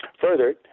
Further